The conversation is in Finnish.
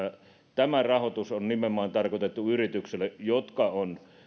tämä rahoitus on nimenomaan tarkoitettu yrityksille jotka ovat